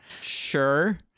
Sure